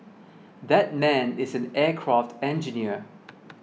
that man is an aircraft engineer